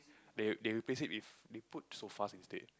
they they replace it with they put sofas instead